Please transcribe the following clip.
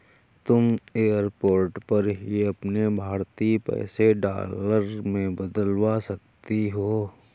तुम एयरपोर्ट पर ही अपने भारतीय पैसे डॉलर में बदलवा सकती हो